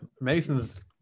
Mason's